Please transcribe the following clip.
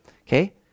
okay